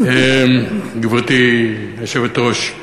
גברתי היושבת-ראש,